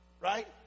Right